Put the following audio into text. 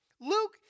Luke